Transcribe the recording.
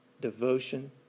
devotion